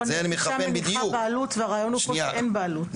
אבל שם יש בעלות, והרעיון פה הוא שאין בעלות.